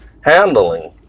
handling